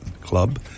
Club